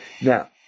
Now